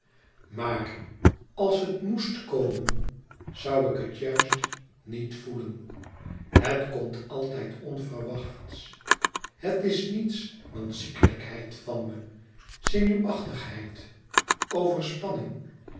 maar als het moest komen zoû ik het juist niet voelen het komt altijd onverwachts het is niets dan ziekelijkheid van me